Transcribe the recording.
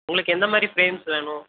உங்களுக்கு எந்த மாதிரி ஃப்ரேம்ஸ் வேணும்